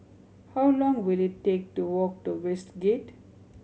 how long will it take to walk to Westgate